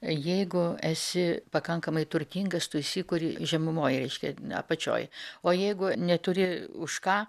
jeigu esi pakankamai turtingas tu įsikuri žemumoj reiškia apačioj o jeigu neturi už ką